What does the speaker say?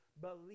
Believe